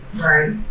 Right